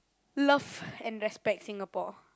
love and respect Singapore